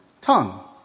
tongue